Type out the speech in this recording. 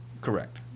correct